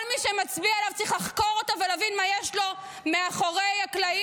כל מי שמצביע עליו צריך לחקור אותו ולהבין מה יש לו מאחורי הקלעים,